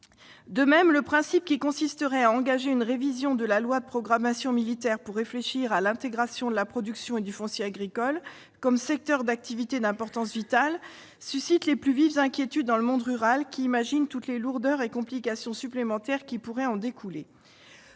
De même, la perspective d'une révision de la loi de programmation militaire pour intégrer la production et le foncier agricoles comme secteurs d'activité d'importance vitale suscite les plus vives inquiétudes dans le monde rural, qui anticipe toutes les lourdeurs et complications supplémentaires qui pourraient en découler.